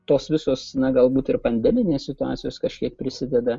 tos visos na galbūt ir pandeminės situacijos kažkiek prisideda